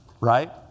Right